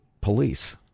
Police